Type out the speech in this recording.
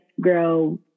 grow